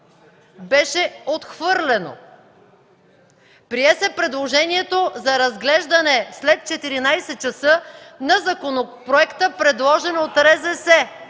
беше отхвърлено. Прие се предложението за разглеждане след 14,00 ч. на законопроекта, предложен от РЗС